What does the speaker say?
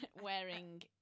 Wearing